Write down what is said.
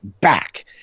back